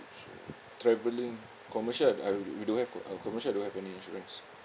travelling commercial uh we don't have uh commercial don't have any insurance